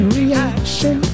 reaction